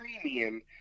premium